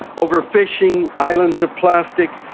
overfishing, islands of plastic,